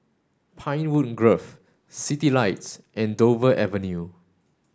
Pinewood Grove Citylights and Dover Avenue